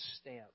stamp